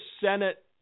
Senate